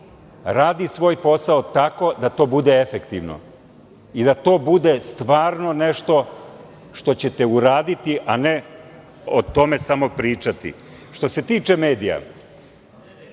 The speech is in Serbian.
radi svoj posao tako da to bude efektivno i da to bude stvarno nešto što ćete uraditi, a ne o tome samo pričati. Što se tiče medija,